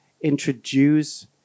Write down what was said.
introduce